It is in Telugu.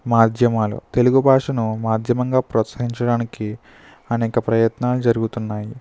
మాధ్యమాలు తెలుగు భాషను మాధ్యమంగా ప్రోత్సహించడానికి అనేక ప్రయత్నాలు జరుగుతున్నాయి